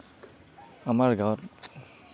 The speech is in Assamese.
আমাৰ গাঁৱত